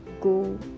Go